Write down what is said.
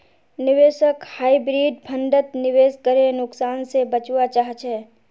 निवेशक हाइब्रिड फण्डत निवेश करे नुकसान से बचवा चाहछे